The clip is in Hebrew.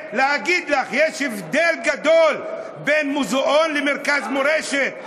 להגיד לך, יש הבדל גדול בין מוזיאון למרכז מורשת.